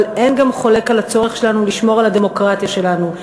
אבל אין גם חולק על הצורך שלנו לשמור על הדמוקרטיה שלנו.